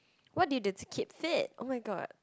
what do you do to keep fit oh-my-god